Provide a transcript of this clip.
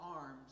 arms